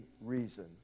reason